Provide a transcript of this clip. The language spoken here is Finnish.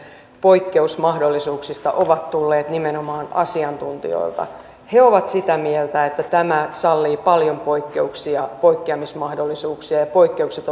poikkeusmahdollisuuksista ovat tulleet nimenomaan asiantuntijoilta he ovat sitä mieltä että tämä sallii paljon poikkeuksia poikkeamismahdollisuuksia ja ja poikkeukset